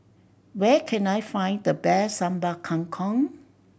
where can I find the best Sambal Kangkong